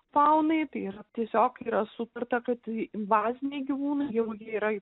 faunai tai yra tiesiog yra sutarta kad invaziniai gyvūnai jeigu jie yra